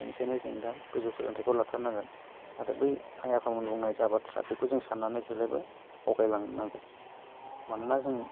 बेनिखायनो जों दा गोजौ सोलोंथाइखौ लाथारनांगोन आरो बै आइ आफामोन बुंनाय जा बाथ्रा बेखौ जों सान्नानै जेब्लायबो आवगायलांनांगोन मानोना जों